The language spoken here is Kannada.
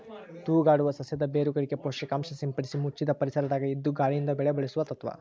ತೂಗಾಡುವ ಸಸ್ಯದ ಬೇರುಗಳಿಗೆ ಪೋಷಕಾಂಶ ಸಿಂಪಡಿಸಿ ಮುಚ್ಚಿದ ಪರಿಸರದಾಗ ಇದ್ದು ಗಾಳಿಯಿಂದ ಬೆಳೆ ಬೆಳೆಸುವ ತತ್ವ